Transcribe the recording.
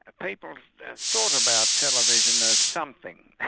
ah people thought about television as something.